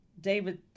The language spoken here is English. David